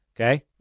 okay